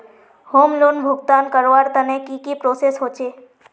Home loan भुगतान करवार तने की की प्रोसेस होचे?